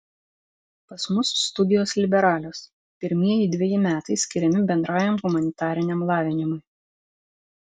pas mus studijos liberalios pirmieji dveji metai skiriami bendrajam humanitariniam lavinimui